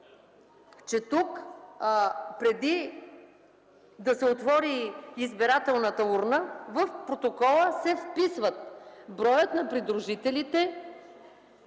14. Тук преди да се отвори избирателната урна, в протокола се вписва броят на придружителите,